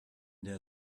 der